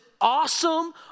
awesome